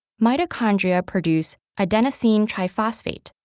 mitochondria produce adenosine triphosphate,